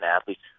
athletes